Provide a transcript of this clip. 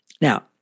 Now